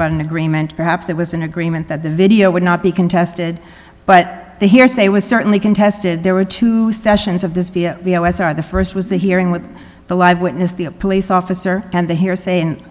about an agreement perhaps that was in agreement that the video would not be contested but the hearsay was certainly contested there were two sessions of this via us are the first was the hearing with the live witness the police officer and the hearsay and